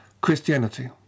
Christianity